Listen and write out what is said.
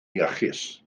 iachus